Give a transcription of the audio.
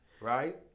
right